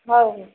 ହଉ